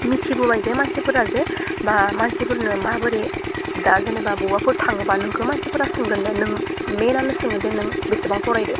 मिथिबोबाय जे मानसिफोरा जे बा मानसिफोरनो माबोरै दा जेनेबा बबावबाफोर थाङोबा नोंखौ मानसिफोरा सोंगोन दे नों मेनआनो सोङो दे नों बेसेबां फरायदो